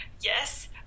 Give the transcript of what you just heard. yes